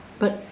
but